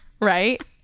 Right